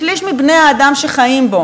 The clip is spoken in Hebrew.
שליש מבני-האדם שחיים בו,